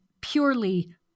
purely